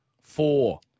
four